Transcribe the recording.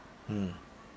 mm